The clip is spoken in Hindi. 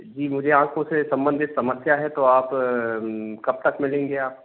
जी मुझे आँखों से संबंधित समस्या है तो आप कब तक मिलेंगे आप